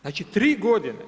Znači 3 godine.